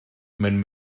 mewn